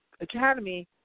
academy